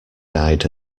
died